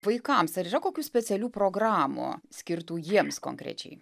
vaikams ar yra kokių specialių programų skirtų jiems konkrečiai